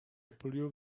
polują